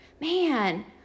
man